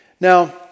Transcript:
Now